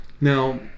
Now